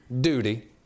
Duty